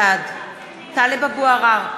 בעד טלב אבו עראר,